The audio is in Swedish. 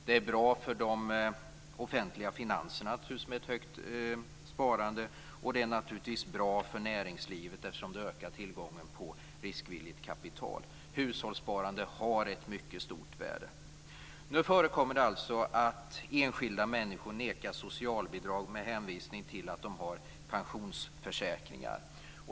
Det är bra för de offentliga finanserna med ett högt sparande, och det är naturligtvis bra för näringslivet eftersom det ökar tillgången på riskvilligt kapital. Hushållssparandet har ett mycket stort värde. Nu förekommer det alltså att enskilda människor nekas socialbidrag med hänvisning till att de har pensionsförsäkringar.